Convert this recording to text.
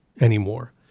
anymore